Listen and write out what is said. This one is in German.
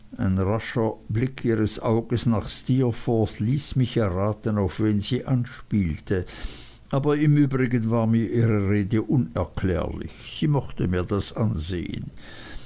rascher blick ihres auges nach steerforth ließ mich erraten auf wen sie anspielte aber im übrigen war mir ihre rede unerklärlich sie mochte mir das ansehen